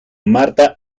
marta